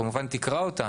כמובן שתקרא אותה,